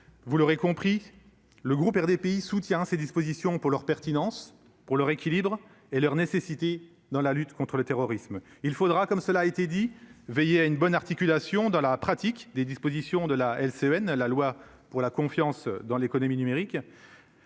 vous l'aurez compris le groupe RDPI soutient ces dispositions pour leur pertinence pour leur équilibre et leur nécessité dans la lutte contre le terrorisme, il faudra, comme cela a été dit veiller à une bonne articulation dans la pratique des dispositions de la LCN la loi pour la confiance dans l'économie numérique